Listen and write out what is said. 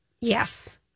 Yes